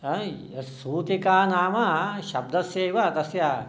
सूतिका नाम शब्दस्यैव तस्य